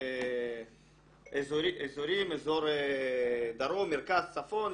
יש אזורים, אזור דרום, מרכז, צפון.